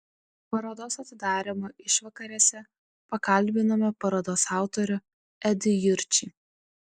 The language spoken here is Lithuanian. parodos atidarymo išvakarėse pakalbinome parodos autorių edį jurčį